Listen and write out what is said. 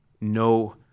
no